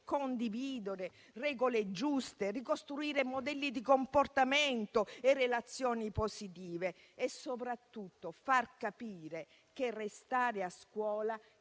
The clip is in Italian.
condividere regole giuste, ricostruire modelli di comportamento e relazioni positive e soprattutto far capire che restare a scuola